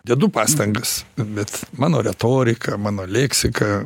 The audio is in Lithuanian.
dedu pastangas bet mano retorika mano leksika